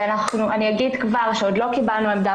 אני כבר אומר שעוד לא קיבלנו עמדה